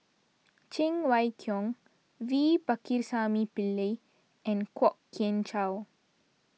Cheng Wai Keung V Pakirisamy Pillai and Kwok Kian Chow